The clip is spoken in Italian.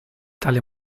tale